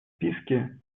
списке